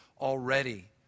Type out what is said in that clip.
already